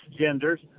genders